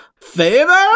favor